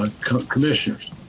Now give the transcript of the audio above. commissioners